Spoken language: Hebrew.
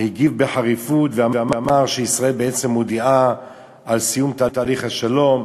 הגיב בחריפות ואמר שישראל בעצם מודיעה על סיום תהליך השלום,